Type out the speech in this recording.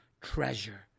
treasure